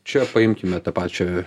čia paimkime tą pačią